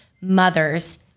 mothers